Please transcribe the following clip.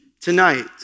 tonight